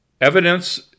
Evidence